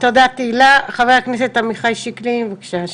חבר הכנסת עמיחי שיקלי, בבקשה.